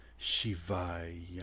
Shivaya